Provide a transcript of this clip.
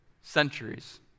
centuries